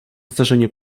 zdarzeniu